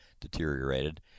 deteriorated